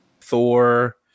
Thor